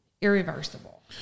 irreversible